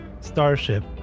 starship